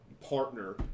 partner